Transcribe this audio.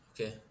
Okay